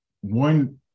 one